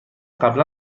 قبلا